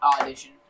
Audition